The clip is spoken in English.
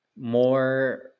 more